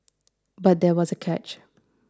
but there was a catch